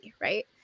right